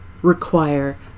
require